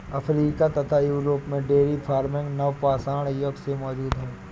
Africa तथा Europe में dairy farming नवपाषाण युग से मौजूद है